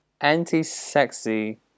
anti-sexy